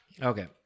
Okay